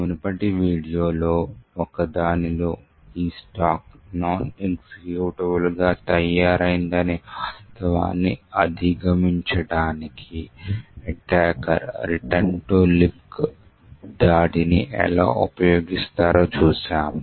మునుపటి వీడియోలలో ఒకదానిలో ఈ స్టాక్ నాన్ ఎగ్జిక్యూటబుల్ గా తయారైందనే వాస్తవాన్ని అధిగమించడానికి ఎటాకర్ రిటర్న్ టు లిబ్క్ దాడిని ఎలా ఉపయోగిస్తారో చూసాము